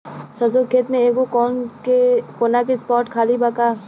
सरसों के खेत में एगो कोना के स्पॉट खाली बा का?